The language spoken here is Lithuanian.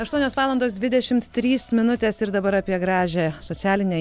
aštuonios valandos dvidešimts trys minutės ir dabar apie gražią socialinę